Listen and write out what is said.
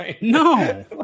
no